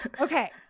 Okay